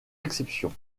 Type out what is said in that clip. exceptions